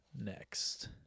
next